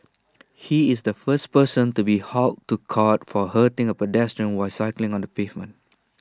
he is the first person to be hauled to court for hurting A pedestrian while cycling on the pavement